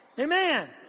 Amen